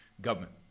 government